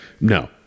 No